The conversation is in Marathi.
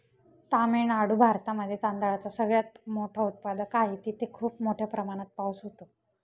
तामिळनाडू भारतामध्ये तांदळाचा सगळ्यात मोठा उत्पादक आहे, तिथे खूप मोठ्या प्रमाणात पाऊस होतो